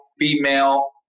female